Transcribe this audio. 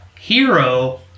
hero